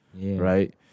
Right